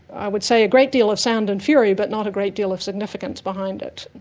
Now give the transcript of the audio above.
i would say a great deal of sound and fury but not a great deal of significance behind it.